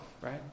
right